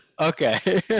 Okay